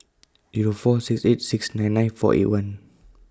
Zero four six eight six nine nine four eight one